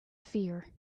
fear